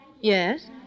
Yes